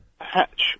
hatch